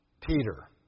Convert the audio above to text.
Peter